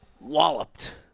walloped